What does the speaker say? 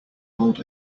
old